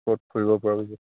ক'ত ফুৰিব পাৰিম